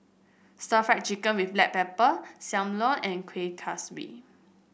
Stir Fried Chicken with Black Pepper Sam Lau and Kuih Kaswi